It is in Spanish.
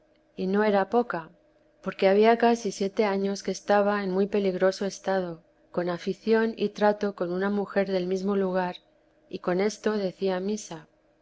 y no era poca porque había casi siete años que estaba en muy peligroso estado con afición y trato con una mujer del mismo lugar y con esto decía misa